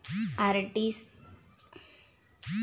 RTGS किती वेळात होईल?